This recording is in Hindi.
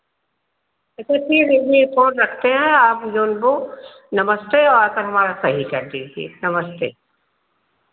अच्छा ठीक है जी फोन रखते हैं आप जोन को नमस्ते और आ कर हमारा सही कर दीजिए नमस्ते